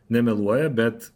nemeluoja bet